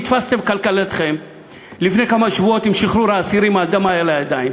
נתפסתם בקלקלתכם לפני כמה שבועות עם שחרור האסירים עם דם על הידיים.